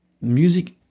music